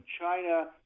China